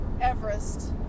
Everest